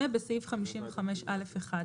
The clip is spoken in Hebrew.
בסעיף 55א11